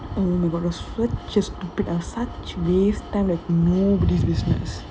oh my god they are so stupid as such waste time like nobody's business